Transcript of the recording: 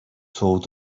told